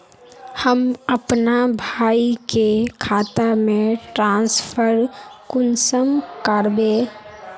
हम अपना भाई के खाता में ट्रांसफर कुंसम कारबे?